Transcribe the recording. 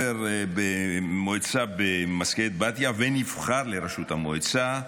הוא היה חבר במועצה במזכרת בתיה ונבחר לראשות המועצה.